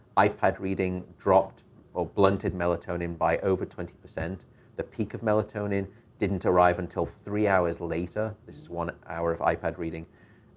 ipad reading dropped or blunted melatonin by over twenty. the peak of melatonin didn't arrive until three hours later. this is one hour of ipad reading.